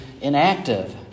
inactive